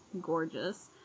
gorgeous